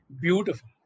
Beautiful